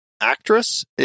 actress